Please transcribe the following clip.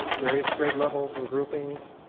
various grade levels and groupings.